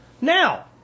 Now